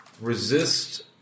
resist